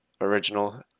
original